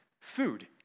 food